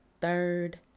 third